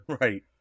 Right